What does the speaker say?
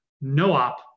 no-op